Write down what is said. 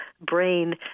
brain